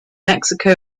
mexico